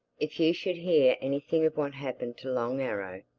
if you should hear anything of what happened to long arrow,